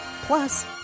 plus